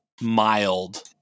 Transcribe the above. mild